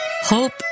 hope